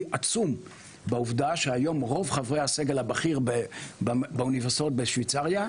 עצום בעובדה שהיום רוב חברי הסגל הבכיר באוניברסיטאות בשוויצריה,